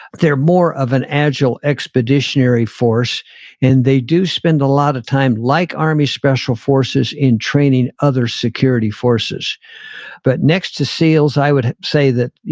they're more of an agile expeditionary force and they do spend a lot of time like army special forces in training other security forces but next to seals, i would say that,